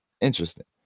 Interesting